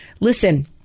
listen